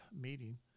meeting